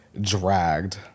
Dragged